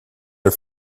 are